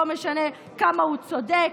ולא משנה כמה הוא צודק.